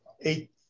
eight